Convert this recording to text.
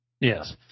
Yes